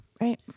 Right